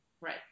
Right